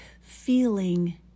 feeling